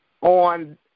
on